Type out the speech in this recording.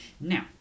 Now